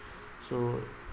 so